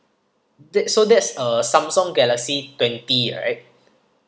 that's so that's uh Samsung galaxy twenty right